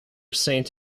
saint